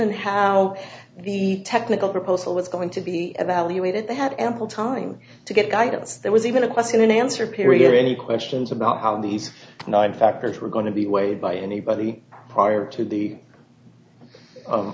and how the technical proposal was going to be evaluated they had ample time to get guidance there was even a question and answer period any questions about how these nine factors were going to be weighed by anybody prior to the